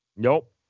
Nope